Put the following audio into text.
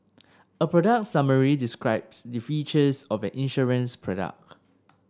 a product summary describes the features of an insurance product